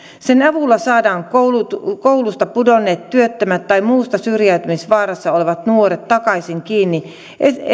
sen avulla saadaan koulusta pudonneet työttömät tai muussa syrjäytymisvaarassa olevat nuoret takaisin kiinni